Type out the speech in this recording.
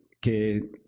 que